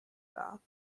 bath